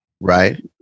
Right